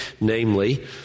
namely